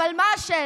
אבל מה השאלה?